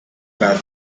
but